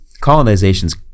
colonization's